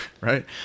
Right